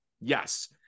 Yes